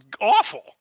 awful